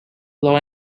law